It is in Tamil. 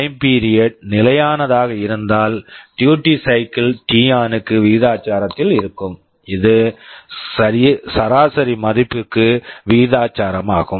டைம் பீரியட் time period நிலையானதாக இருந்தால் duty cycle duty cycle T on t on க்கு விகிதாசாரத்தில் இருக்கும் இது சராசரி மதிப்பிற்கு விகிதாசாரமாகும்